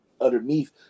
underneath